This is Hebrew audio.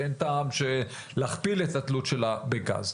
אין טעם להכפיל את התלות שלה בגז.